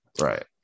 right